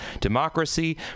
democracy